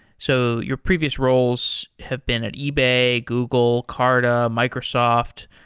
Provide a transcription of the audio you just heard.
so your previous roles have been at ebay, google, carta, microsoft,